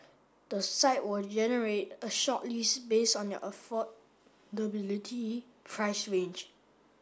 the site will generate a shortlist based on their affordability price range